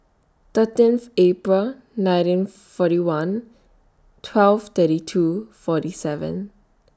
thirteenth April nineteen forty one twelve thirty two forty seven